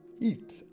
eat